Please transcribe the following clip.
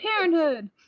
parenthood